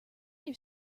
your